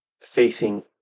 facing